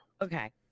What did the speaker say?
Okay